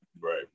Right